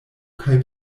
kaj